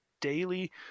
daily